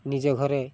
ନିଜେ ଘରେ